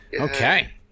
Okay